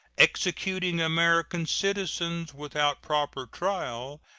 executing american citizens without proper trial,